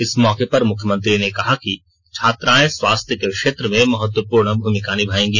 इस मौके पर मुख्यमंत्री ने कहा कि छात्राएं स्वास्थ्य के क्षेत्र में महत्वपूर्ण भूमिका निभायेंगी